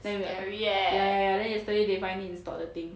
then we at ya ya ya then yesterday we finally install the thing